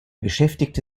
beschäftigte